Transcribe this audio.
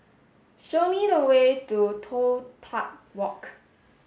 show me the way to Toh Tuck Walk